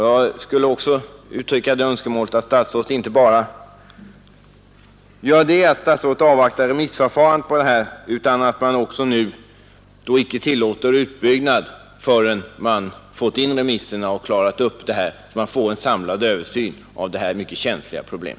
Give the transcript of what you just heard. Jag skulle också vilja uttrycka det önskemålet att statsrådet inte bara avvaktar remissförfarandet utan även att utbyggnad då icke tillåts innan man fått in remissvaren och klarat upp det här, så att man får en samlad översyn av detta mycket känsliga problem.